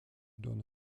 donne